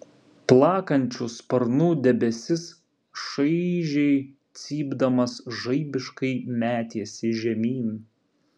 plakančių sparnų debesis šaižiai cypdamas žaibiškai metėsi žemyn